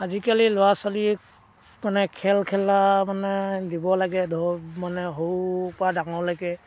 আজিকালি ল'ৰা ছোৱালীক মানে খেল খেলা মানে দিব লাগে ধৰক মানে সৰুৰপৰা ডাঙৰলৈকে